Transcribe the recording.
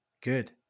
Good